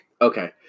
Okay